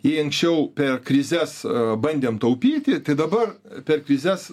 jei anksčiau per krizes bandėm taupyti tai dabar per krizes